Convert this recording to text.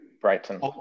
Brighton